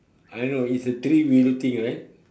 I know it's a three wheeler thing right